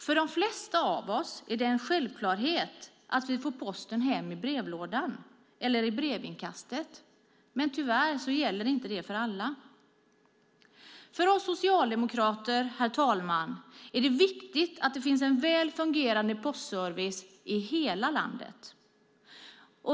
För de flesta av oss är det en självklarhet att vi får posten hem i brevlådan eller i brevinkastet, men tyvärr gäller det inte för alla. För oss socialdemokrater, herr talman, är det viktigt att det finns en väl fungerande postservice i hela landet.